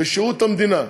בשירות המדינה,